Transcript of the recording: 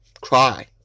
cry